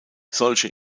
solche